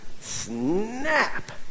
Snap